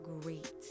great